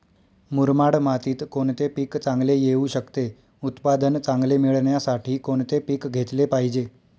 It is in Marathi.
मुरमाड मातीत कोणते पीक चांगले येऊ शकते? उत्पादन चांगले मिळण्यासाठी कोणते पीक घेतले पाहिजे?